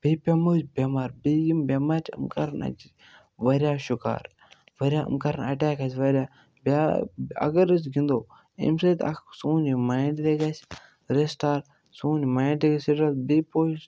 بیٚیہِ پیٚمو أسۍ بٮ۪مار بیٚیہِ یِم بٮ۪مارِ چھِ یِم کَرَن اَتہِ واریاہ شُکار واریاہ یِم کَرَن اَٹیک آسہِ واریاہ بیا اگر أسۍ گِنٛدو اَمہِ سۭتۍ اَکھ سون یہِ مایِنٛڈ تہِ گژھِ رِسٹار سون یہِ ماینٛڈ تہِ گژھِ بیٚیہِ پوش